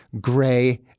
gray